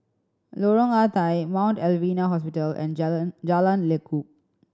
Lorong Ah Thia Mount Alvernia Hospital and Jalan Jalan Lekub